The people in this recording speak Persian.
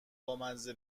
بامزه